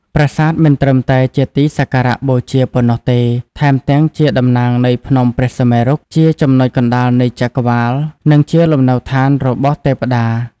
ប្រាសាទមិនត្រឹមតែជាទីសក្ការបូជាប៉ុណ្ណោះទេ ថែមទាំងជាតំណាងនៃភ្នំព្រះសុមេរុ ជាចំណុចកណ្ដាលនៃចក្រវាឡ និងជាលំនៅដ្ឋានរបស់ទេពតា។